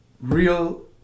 real